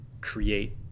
create